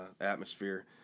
atmosphere